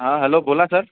हा हॅलो बोला सर